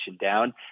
down